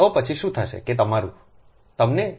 તો પછી શું થશે કે તમારુંતમને તે D s 2